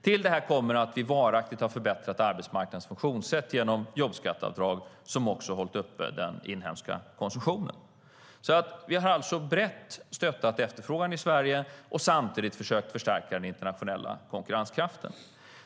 Till detta kommer att vi har varaktigt förbättrat arbetsmarknadens funktionssätt genom jobbskatteavdrag, som också har hållit uppe den inhemska konsumtionen. Vi har alltså brett stöttat efterfrågan i Sverige och samtidigt försökt förstärka den internationella konkurrenskraften.